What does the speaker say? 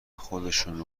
خودشونه